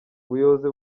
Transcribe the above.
ubuyobozi